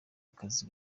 akazi